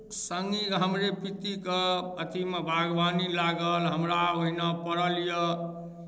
सङ्गी हमरे पित्तीके अथीमे बागवानी लागल हमरा ओहिना पड़ल यए